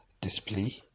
display